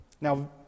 Now